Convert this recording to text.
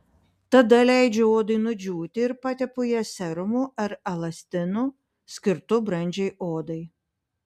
tada leidžiu odai nudžiūti ir patepu ją serumu ar elastinu skirtu brandžiai odai